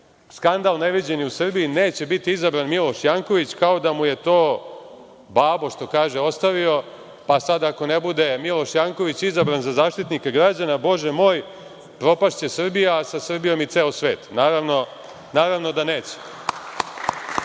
skandal neviđen u Srbiji, neće biti izabran Miloš Janković kao da mu je to, što kažu – babo ostavio, pa sada ako ne bude Miloš Janković izabran za Zaštitnika građana, bože moj, propašće Srbija, a sa Srbijom i ceo svet. Naravno da